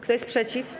Kto jest przeciw?